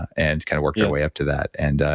and kind of work their way up to that. and